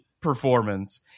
performance